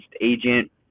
agent